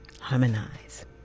harmonize